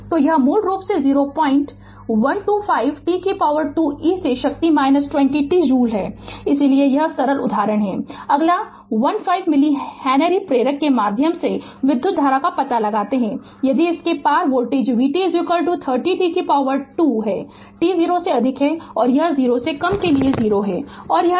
तो यह मूल रूप से 0125 t 2 e से शक्ति - 20 t जूल है इसलिए यह सरल उदाहरण है अगला 1 5 मिली हेनरी प्रेरक के माध्यम से विधुत धारा का पता लगाते है यदि इसके पार वोल्टेज vt 30 t 2 है t 0 से अधिक और यह 0 से कम के लिए 0 है यह दिया गया है